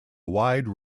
wide